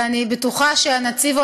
ואני בטוחה שהנציב הבא,